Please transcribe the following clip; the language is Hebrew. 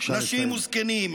נשים וזקנים,